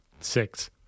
Six